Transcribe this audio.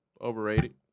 Overrated